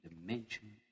dimension